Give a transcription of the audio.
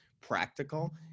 practical